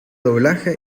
doblaje